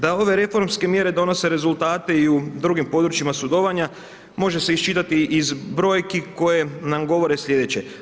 Da ove reformske mjere donose rezultate i u drugim područjima sudovanja može se iščitati iz brojki koje nam govore sljedeće.